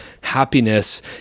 happiness